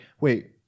wait